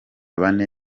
bane